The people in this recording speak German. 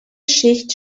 schicht